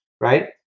right